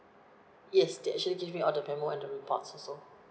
yes they actually gave me all the memo and the reports also